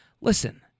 listen